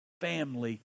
family